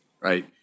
Right